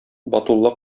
батулла